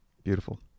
beautiful